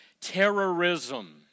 Terrorism